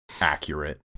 accurate